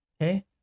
Okay